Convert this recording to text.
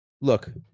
look